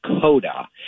CODA